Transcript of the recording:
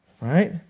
Right